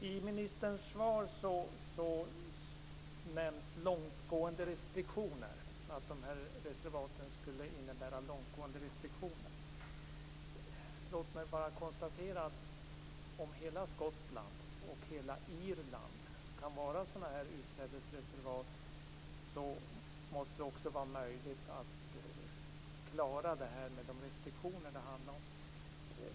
I ministern svar sägs att reservaten skulle innebära långtgående restriktioner. Låt mig bara konstatera att om hela Skottland och hela Irland kan vara utsädesreservat så måste det också vara möjligt att klara detta med de restriktioner som finns.